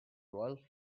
royal